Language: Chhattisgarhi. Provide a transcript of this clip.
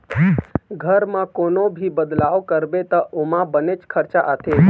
घर म कोनो भी बदलाव करबे त ओमा बनेच खरचा आथे